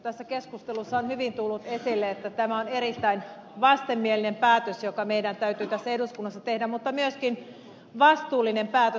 tässä keskustelussa on hyvin tullut esille että tämä on erittäin vastenmielinen päätös joka meidän täytyy tässä eduskunnassa tehdä mutta myöskin vastuullinen päätös